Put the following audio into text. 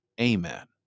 Amen